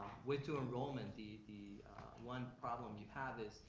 with dual enrollment, the the one problem you have is,